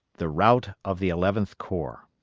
the rout of the eleventh corps.